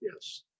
yes